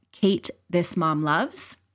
KateThisMomLoves